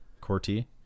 Corti